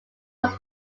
was